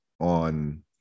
on